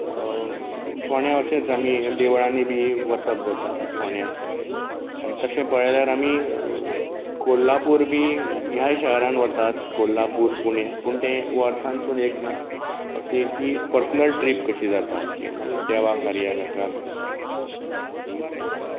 फोंड्यां अशेंच आमी देवळांनी बी वचप जाता फोंड्यां आनी तशें पळयल्यार आमी कोल्हापूर बी ह्याय शारांत वतात कोल्हापूर पुणे पूण ते वर्सांसून एकदां अशें ती पर्सनल ट्रीप कशी जाता आमची देवांक कार्यांक हाका बी अशें